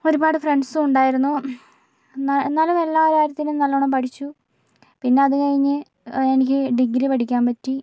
ഒരുപാട് ഫ്രണ്ട്സും ഉണ്ടായിരുന്നു എന്നാലും എല്ലാ കാര്യത്തിനും നല്ലോണം പഠിച്ചു പിന്നെ അത് കഴിഞ്ഞ് എനിക്ക് ഡിഗ്രി പഠിക്കാൻ പറ്റി